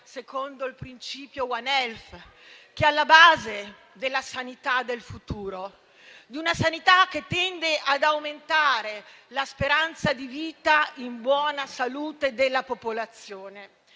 secondo il principio *One Health*, che è alla base della sanità del futuro, di una sanità che tende ad aumentare la speranza di vita in buona salute della popolazione